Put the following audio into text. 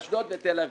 אשדוד ותל אביב,